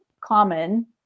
common